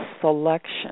selection